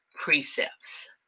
precepts